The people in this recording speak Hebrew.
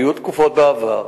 היו תקופות בעבר